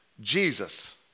Jesus